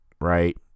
right